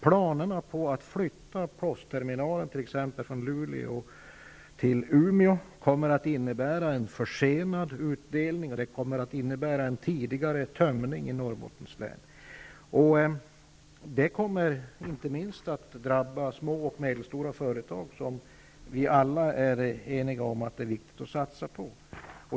Planerna på att t.ex. flytta postterminalen från Luleå till Umeå kommer att innebära en försenad utdelning och en tidigare tömning i Norrbottens län. Det kommer inte minst att drabba små och medelstora företag, som vi alla är eniga om att det är viktigt att satsa på.